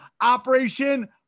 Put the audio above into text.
Operation